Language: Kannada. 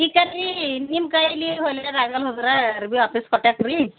ಈಗ ರೀ ನಿಮ್ಮ ಕೈಯಲ್ಲಿ ಹೊಲ್ಯೋದು ಆಗಲ್ಲ ಅಂದ್ರೆ ಅರಬಿ ವಾಪಸ್ ಕೊಟ್ಹಾಕ್ರೀ